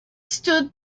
stood